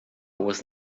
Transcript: was